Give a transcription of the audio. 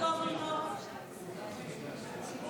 הסתייגות 63 לחלופין ב